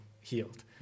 healed